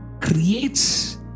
creates